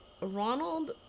Ronald